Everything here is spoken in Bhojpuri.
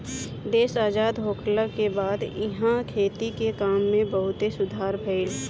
देश आजाद होखला के बाद इहा खेती के काम में बहुते सुधार भईल